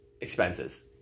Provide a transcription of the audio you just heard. expenses